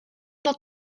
dat